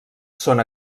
són